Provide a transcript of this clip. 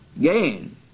gain